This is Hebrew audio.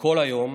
כל היום